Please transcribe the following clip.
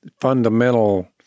fundamental